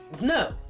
no